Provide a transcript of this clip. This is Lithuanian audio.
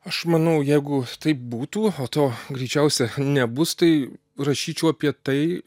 aš manau jeigu taip būtų o to greičiausia nebus tai rašyčiau apie tai